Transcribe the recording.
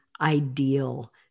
ideal